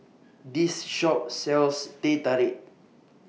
This Shop sells Teh Tarik